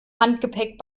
handgepäck